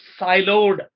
siloed